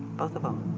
both of them.